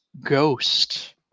ghost